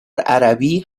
عربی